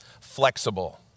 flexible